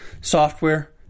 Software